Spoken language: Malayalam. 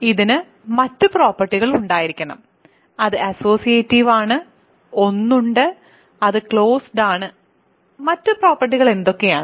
ഇതിന് മറ്റ് പ്രോപ്പർട്ടികൾ ഉണ്ടായിരിക്കണം അത് അസ്സോസിയേറ്റീവ് ആണ് ഒന്ന് ഉണ്ട് അത് ക്ലോസ്ഡ് ആണ് മറ്റ് പ്രോപ്പർട്ടികൾ എന്തൊക്കെയാണ്